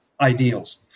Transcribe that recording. ideals